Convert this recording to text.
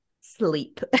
sleep